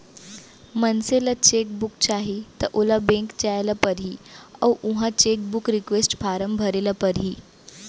मनसे ल cheque book चाही त ओला बेंक जाय ल परही अउ उहॉं चेकबूक रिक्वेस्ट फारम भरे ल परही